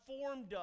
formed